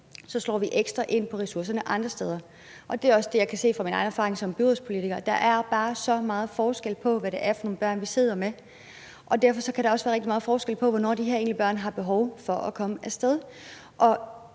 sætter vi ekstra ind med ressourcer andre steder. Og det er også min erfaring som byrådspolitiker, at der bare er så meget forskel på, hvad det er for nogle børn, vi sidder med, og derfor kan der også være rigtig meget forskel på, hvornår de her børn har behov for at komme af sted.